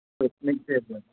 public చేద్దాం